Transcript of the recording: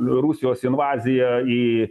rusijos invazija į